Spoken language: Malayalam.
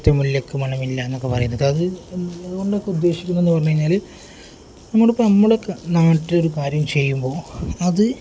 മുറ്റത്തെ മുല്ലയ്ക്ക് മണമില്ല എന്നൊക്കെ പറയുന്നത് അത് അതുകൊണ്ടൊക്കെ ഉദ്ദേശിക്കുന്നുന്നതെന്നു പറഞ്ഞു കഴിഞ്ഞാൽ നമ്മൾ ഇപ്പം നമ്മളൊക്കെ നാട്ടിലൊരു കാര്യം ചെയ്യുമ്പോൾ അത്